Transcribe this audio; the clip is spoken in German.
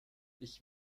ich